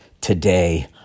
today